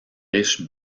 riche